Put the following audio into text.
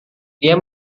dia